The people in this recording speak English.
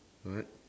what